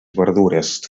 verdures